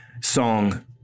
song